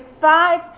five